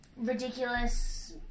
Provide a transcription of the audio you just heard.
ridiculous